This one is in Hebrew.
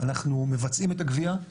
אנחנו מבצעים את הגביה,